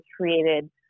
created